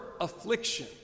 affliction